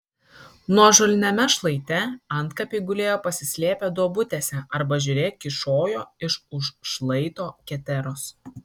nuožulniame šlaite antkapiai gulėjo pasislėpę duobutėse arba žiūrėk kyšojo iš už šlaito keteros